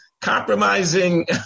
compromising